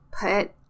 put